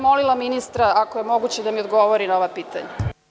Molila bih ministra, ako je moguće, da mi odgovori na ova pitanja.